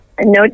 no